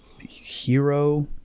hero